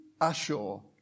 assure